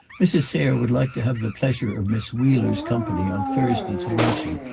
mrs. sayre would like to have the pleasure of miss wheeler's company on thursday to luncheon,